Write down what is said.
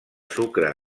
sucre